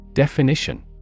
Definition